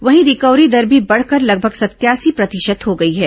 वहीं रिकवरी दर भी बढ़कर लगभग सत्यायसी प्रतिशत हो गई है